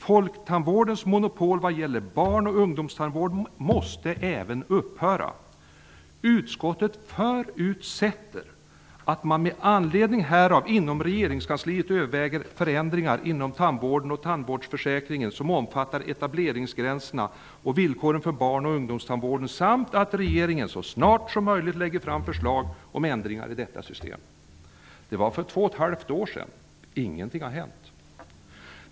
Folktandvårdens monopol vad gäller barn och ungdomstandvård måste även upphöra. Utskottet förutsätter att man med anledning härav inom regeringskansliet överväger förändringar inom tandvården och tandvårdsförsäkringen som omfattar etableringsgränserna och villkoren för barn och ungdomstandvården samt att regeringen så snart som möjligt lägger fram förslag om ändringar i detta system. Detta var för två och ett halvt år sedan. Ingenting har hänt!